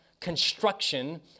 Construction